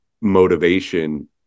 motivation